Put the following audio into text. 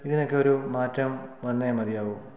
ഇതിനൊക്കെ ഒരു മാറ്റം വന്നേ മതിയാകൂ